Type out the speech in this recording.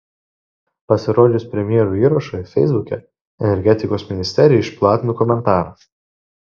pasirodžius premjero įrašui feisbuke energetikos ministerija išplatino komentarą